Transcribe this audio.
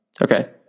Okay